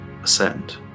Ascend